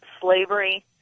slavery